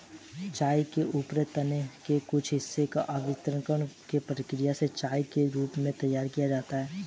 चाय के ऊपरी तने के कुछ हिस्से को ऑक्सीकरण की प्रक्रिया से चाय के रूप में तैयार किया जाता है